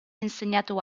insegnato